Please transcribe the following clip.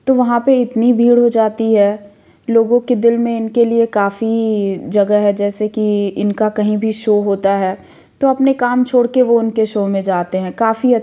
तो वहाँ पर इतनी भीड़ हो जाती है लोगों के दिल में इनके लिए काफ़ी जगह है जैसे कि इनका कहीं भी शो होता है तो अपने काम छोड़ कर वो उनके शो में जाते हैं काफ़ी